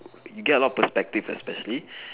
you get a lot of perspectives especially